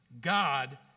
God